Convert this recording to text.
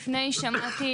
לבין צבא שמחיל חובה,